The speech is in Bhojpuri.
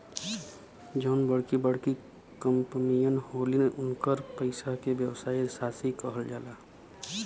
जउन बड़की बड़की कंपमीअन होलिन, उन्कर पइसा के व्यवसायी साशी कहल जाला